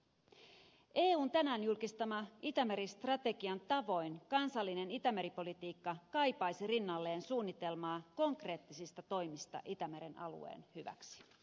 eun tänään julkistaman itämeri strategian tavoin kansallinen itämeri politiikka kaipaisi rinnalleen suunnitelmaa konkreettisista toimista itämeren alueen hyväksi